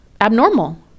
abnormal